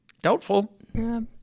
Doubtful